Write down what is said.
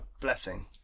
blessing